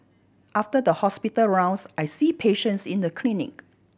after the hospital rounds I see patients in the clinic